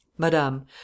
Madame